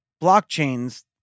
blockchains